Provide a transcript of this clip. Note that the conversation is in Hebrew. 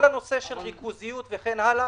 כל הנושא של ריכוזיות וכן הלאה